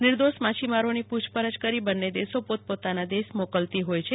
નિર્દોષ માછીમારોની પૂછપરછ કરી બન્ને દેશો તેઓને પોતાના દેશ મોકલતી હોય છે